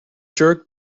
jerked